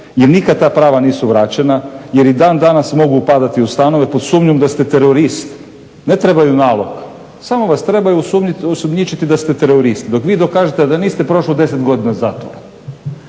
jer nikad ta prava nisu vraćena jer i dan danas mogu upadati u stanove pod sumnjom da ste terorist. Ne trebaju nalog, samo vas trebaju osumnjičiti da ste terorist. Dok vi dokažete da niste prošlo 10 godina zatvora.